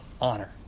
honor